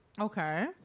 Okay